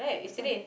that's why